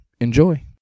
Enjoy